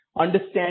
understand